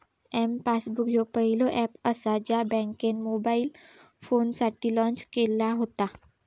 M passbook ह्यो पहिलो app असा ज्या बँकेन मोबाईल फोनसाठी लॉन्च केला व्हता